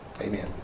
Amen